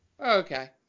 okay